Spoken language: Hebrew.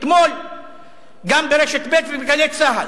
אתמול גם ברשת ב', וב"גלי צה"ל".